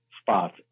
spots